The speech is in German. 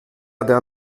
der